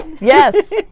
Yes